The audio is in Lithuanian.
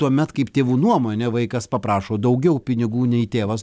tuomet kaip tėvų nuomone vaikas paprašo daugiau pinigų nei tėvas